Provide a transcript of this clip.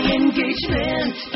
engagement